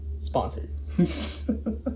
Sponsored